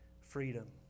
freedom